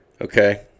Okay